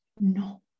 No